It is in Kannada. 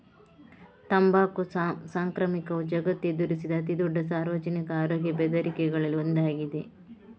ತಂಬಾಕು ಸಾಂಕ್ರಾಮಿಕವು ಜಗತ್ತು ಎದುರಿಸಿದ ಅತಿ ದೊಡ್ಡ ಸಾರ್ವಜನಿಕ ಆರೋಗ್ಯ ಬೆದರಿಕೆಗಳಲ್ಲಿ ಒಂದಾಗಿದೆ